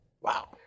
Wow